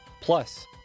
plus